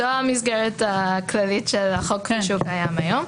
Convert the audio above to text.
זו המסגרת הכללית של החוק כפי שהוא קיים היום.